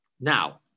Now